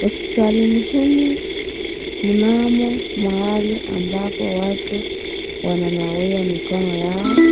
Hospitalini humu mnamo mahali ambamo watu wananawia mikono yao